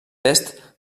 est